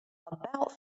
about